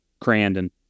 Crandon